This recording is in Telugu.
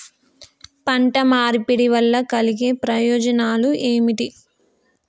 పంట మార్పిడి వల్ల కలిగే ప్రయోజనాలు ఏమిటి?